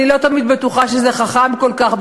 ואני לא תמיד בטוחה שזה חכם כל כך,